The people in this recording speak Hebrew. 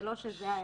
זה לא שזה היה.